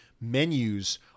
menus